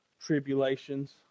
tribulations